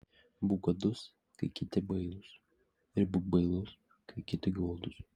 būk godus kai kiti bailūs ir būk bailus kai kiti godūs